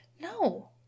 No